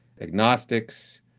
agnostics